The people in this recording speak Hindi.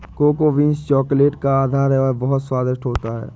कोको बीन्स चॉकलेट का आधार है वह बहुत स्वादिष्ट होता है